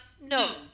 No